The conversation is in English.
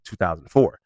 2004